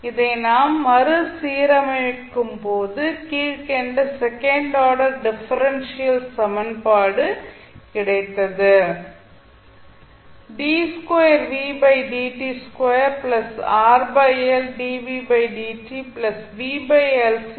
இதை நாம் மறுசீரமைக்கும் போது கீழ்கண்ட செகண்ட் ஆர்டர் டிஃபரன்ஷியல் சமன்பாடு கிடைத்தது